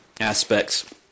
aspects